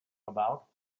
about